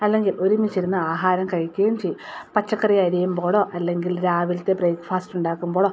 അല്ലെങ്കിൽ ഒരുമിച്ചിരുന്ന് ആഹാരം കഴിക്കുകയും ചെയ്യും പച്ചക്കറി അറിയുമ്പോളോ അല്ലെങ്കിൽ രാവിലെത്തെ ബ്രേക്ക്ഫാസ്റ്റ് ഉണ്ടാക്കുമ്പോളോ